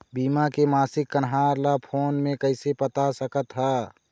बीमा के मासिक कन्हार ला फ़ोन मे कइसे पता सकत ह?